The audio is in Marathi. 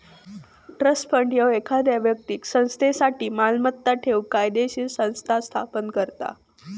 ट्रस्ट फंड ह्यो एखाद्यो व्यक्तीक संस्थेसाठी मालमत्ता ठेवूक कायदोशीर संस्था स्थापन करता